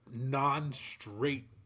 non-straight